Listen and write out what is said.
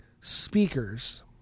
speakers